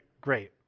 great